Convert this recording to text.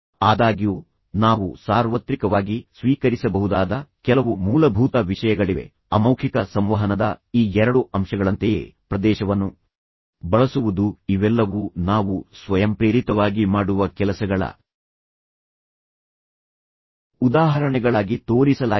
ಆದಾಗ್ಯೂ ನಾವು ಸಾರ್ವತ್ರಿಕವಾಗಿ ಸ್ವೀಕರಿಸಬಹುದಾದ ಕೆಲವು ಮೂಲಭೂತ ವಿಷಯಗಳಿವೆ ಅಮೌಖಿಕ ಸಂವಹನದ ಈ ಎರಡು ಅಂಶಗಳಂತೆಯೇ ಪ್ರದೇಶವನ್ನು ಬಳಸುವುದು ಇವೆಲ್ಲವೂ ನಾವು ಸ್ವಯಂಪ್ರೇರಿತವಾಗಿ ಮಾಡುವ ಕೆಲಸಗಳ ಉದಾಹರಣೆಗಳಾಗಿ ತೋರಿಸಲಾಗಿದೆ